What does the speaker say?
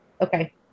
Okay